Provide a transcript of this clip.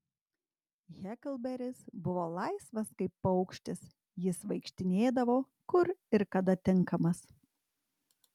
heklberis buvo laisvas kaip paukštis jis vaikštinėdavo kur ir kada tinkamas